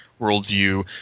worldview